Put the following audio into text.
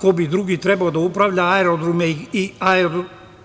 Ko bi drugi trebao da upravlja